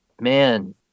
man